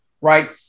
right